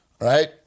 Right